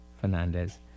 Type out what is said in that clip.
Fernandez